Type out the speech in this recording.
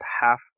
half